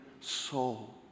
soul